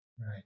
Right